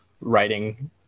writing